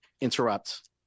interrupt